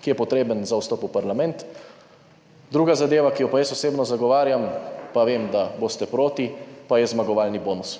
ki je potreben za vstop v parlament. Druga zadeva, ki jo pa jaz osebno zagovarjam, pa vem, da boste proti, pa je zmagovalni bonus